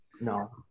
no